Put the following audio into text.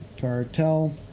cartel